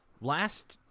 last